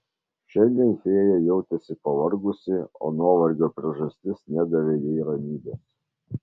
šiandien fėja jautėsi pavargusi o nuovargio priežastis nedavė jai ramybės